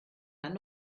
dann